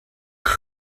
when